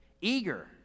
eager